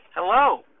Hello